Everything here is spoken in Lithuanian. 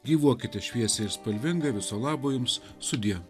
gyvuokite šviesiai ir spalvingai viso labo jums sudie